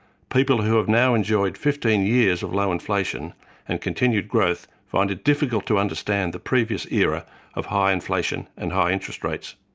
people who have now enjoyed fifteen years of low inflation and continued growth, find it difficult to understand the previous era of high inflation and high interest rates.